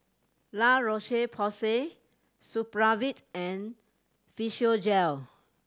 La Roche Porsay Supravit and Physiogel